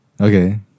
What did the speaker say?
Okay